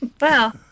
Wow